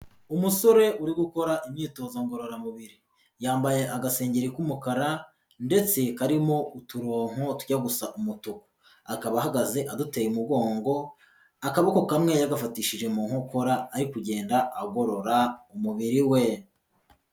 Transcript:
Umusore uri gukora imyitozo ngororamubiri. Yambaye agasengeri k'umukara ndetse karimo uturonko tujya gusa umutuku. Akaba ahagaze aduteye umugongo akaboko kamwe yagafatishije mu nkokora ari kugenda agorora umubiri we.